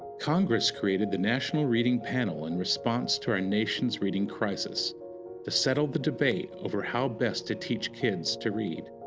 congress created the national reading panel in response to our nation's reading crisis to settle the debate over how best to teach kids to read.